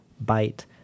bite